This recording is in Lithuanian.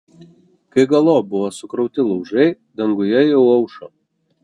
kai galop buvo sukrauti laužai danguje jau aušo